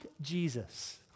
Jesus